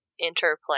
Interplay